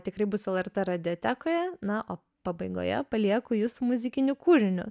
tikrai bus lrt radiotekoje na o pabaigoje palieku jus su muzikiniu kūriniu